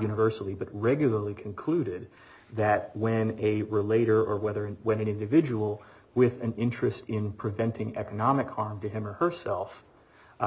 universally but regularly concluded that when a relator or whether and when an individual with an interest in preventing economic harm to him or herself